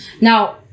Now